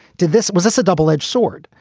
did this was this a double edged sword?